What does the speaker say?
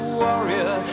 warrior